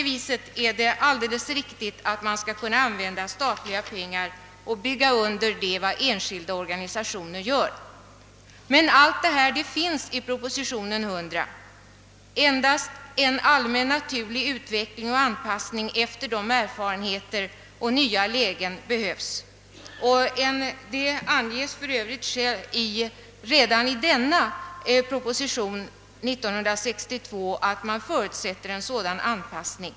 Det är alldeles riktigt att statens pengar skall kunna användas på det sättet och till att bygga under vad en skilda organisationer gjort och gör. Allt detta har emellertid beaktats i proposition nr 100. Det behövs nu bara en naturlig utveckling och anpassning efter de erfarenheter som gjorts och de nya lägen som inträffar. För övrigt angavs redan i propositionen år 1962 att man förutsåg en sådan anpassning.